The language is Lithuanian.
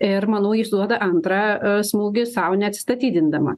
ir manau ji suduoda antrą smūgį sau neatsistatydindama